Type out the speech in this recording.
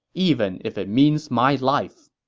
even if it means my life.